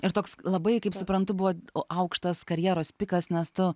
ir toks labai kaip suprantu buvo aukštas karjeros pikas nes tu